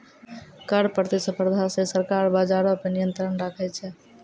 कर प्रतिस्पर्धा से सरकार बजारो पे नियंत्रण राखै छै